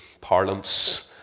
parlance